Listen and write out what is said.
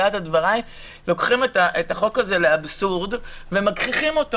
ולוקחים את החוק הזה לאבסורד ומגחיכים אותו